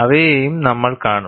അവയെയും നമ്മൾ കാണും